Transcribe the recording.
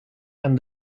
and